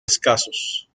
escasos